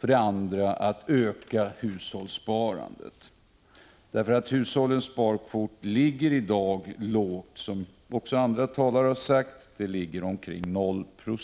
för det andra, en ökning av hushållssparandet. Hushållens sparkvot ligger, som andra talare har sagt, i dag lågt. Hushållssparandet är omkring 02.